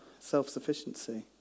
Self-sufficiency